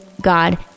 God